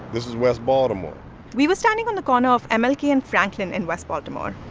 this is west baltimore we were standing on the gone off and mlk and franklin in west baltimore,